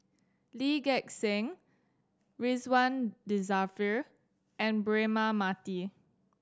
Lee Gek Seng Ridzwan Dzafir and Braema Mathi